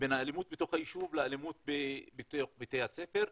בין האלימות בתוך הישוב לאלימות בתוך בתי הספר,